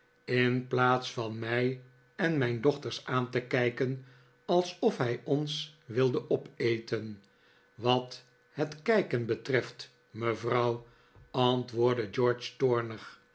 in plaats van mij en mijn dochters aan te kijken alsof hij ons wilde opeten wat het kijken betreft mevrouw antwoordde george toornig